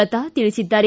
ಲತಾ ತಿಳಿಸಿದ್ದಾರೆ